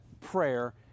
prayer